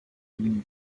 ligne